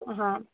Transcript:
ہاں